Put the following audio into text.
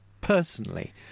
personally